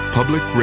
Public